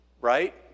Right